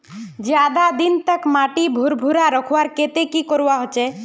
ज्यादा दिन तक माटी भुर्भुरा रखवार केते की करवा होचए?